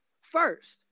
first